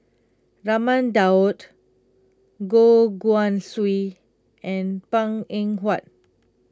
Raman Daud Goh Guan Siew and Png Eng Huat